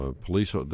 Police